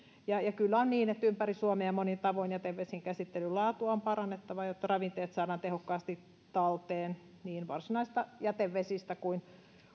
ja toimintavarmasti kyllä on niin että ympäri suomea monin tavoin jätevesien käsittelyn laatua on parannettava jotta ravinteet saadaan tehokkaasti talteen niin varsinaisista jätevesistä kuin